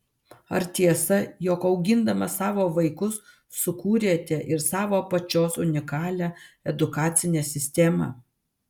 ar tiesa jog augindama savo vaikus sukūrėte ir savo pačios unikalią edukacinę sistemą